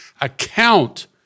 account